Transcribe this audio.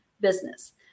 business